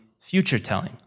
future-telling